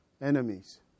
enemies